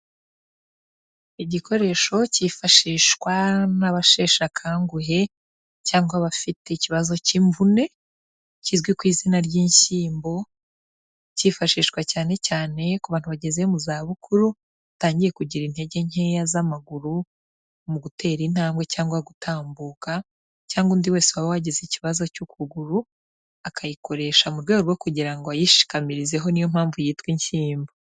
Igikoresho kifashishwa n'abasheshakanguhe cyangwa abafite ikibazo cy'imvune kizwi ku izina ry'inshyimbo kifashishwa cyane cyane ku bantu bageze mu za bukuru batangiye kugira intege nkeya z'amaguru, mu gutera intambwe cyangwa gutambuka, cyangwa undi wese waba wagize ikibazo cy'ukuguru akayikoresha mu rwego rwo kugira ngo ayishikamirizeho ni yo mpamvu yitwa inshyimbo.